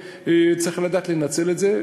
וצריך לדעת לנצל את זה.